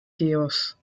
chaos